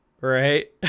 Right